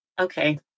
okay